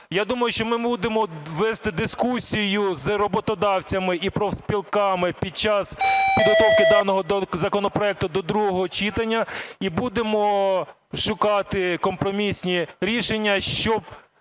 Я думаю, що ми будемо вести дискусію з роботодавцями і профспілками під час підготовки даного законопроекту до другого читання і будемо шукати компромісні рішення, щоб